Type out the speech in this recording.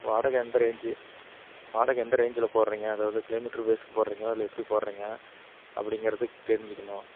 வாடகை எந்த ரேஞ்ச் வாடகை எந்த ரேஞ்சில் போடறீங்க அதாவது கிலோ மீட்டர் பேஸ் போடறீங்களா இல்லை எப்படி போடறீங்க அப்படிங்கறது தெரிஞ்சுக்கணும்